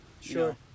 Sure